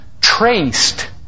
traced